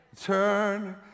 Turn